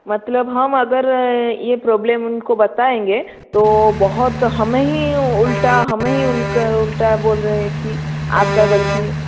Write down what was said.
मतलब हम अगर ये प्रॉब्लम उनको बताएंगे तो बहुत हमें ही उल्टा हमें ही उनका उल्टा बोल रहे हैं कि आपकी ग़लती है